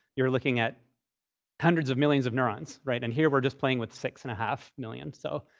you're looking at hundreds of millions of neurons, right? and here, we're just playing with six and a half million. so